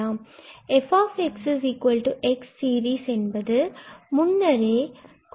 fx series என்பது முன்னரே கொடுக்கப்பட்டுள்ளது